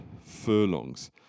furlongs